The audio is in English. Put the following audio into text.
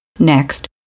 Next